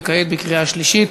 וכעת בקריאה שלישית,